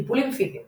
טיפולים פיזיים